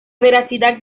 veracidad